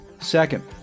Second